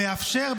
המאפשר,